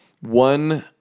One